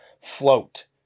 float